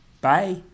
Bye